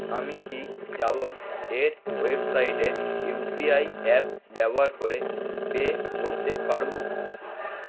আমি কি জাবং এর ওয়েবসাইটে ইউ পি আই অ্যাপ ব্যবহার করে পে করতে পারবো